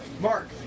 Mark